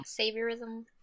saviorism